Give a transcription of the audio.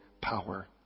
power